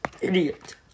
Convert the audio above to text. Idiot